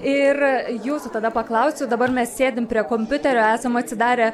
ir jūsų tada paklausiu dabar mes sėdim prie kompiuterio esam atsidarę